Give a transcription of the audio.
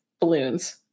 balloons